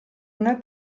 una